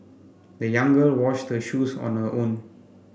the young girl washed her shoes on her own